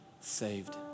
saved